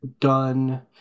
done